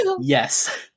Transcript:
yes